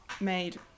made